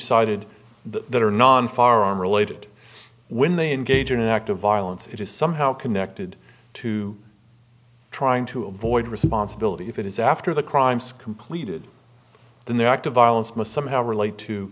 cited that are non farm related when they engage in an act of violence it is somehow connected to trying to avoid responsibility if it is after the crimes completed the act of violence must somehow relate to